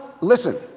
listen